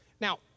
Now